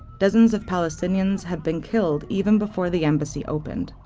dozens of palestinians had been killed even before the embassy opened.